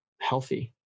healthy